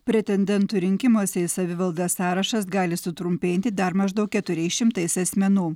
pretendentų rinkimuose į savivaldą sąrašas gali sutrumpėti dar maždaug keturiais šimtais asmenų